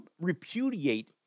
repudiate